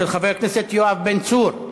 של חבר הכנסת יואב בן צור.